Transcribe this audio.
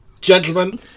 Gentlemen